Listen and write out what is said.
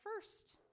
first